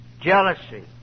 Jealousy